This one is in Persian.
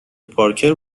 پارکر